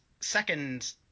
second –